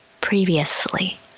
previously